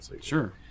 Sure